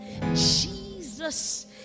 Jesus